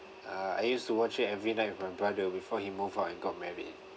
uh I used to watch it every night with my brother before he move out and got married